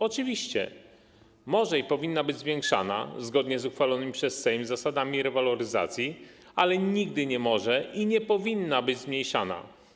Oczywiście może i powinna być zwiększana, zgodnie z uchwalonymi przez Sejm zasadami rewaloryzacji, ale nigdy nie może i nie powinna być zmniejszana.